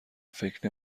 فکر